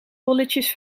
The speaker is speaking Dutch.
bolletjes